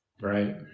Right